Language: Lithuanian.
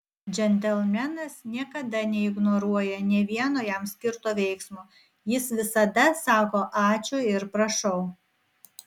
džentelmenas niekada neignoruoja nė vieno jam skirto veiksmo jis visada sako ačiū ir prašau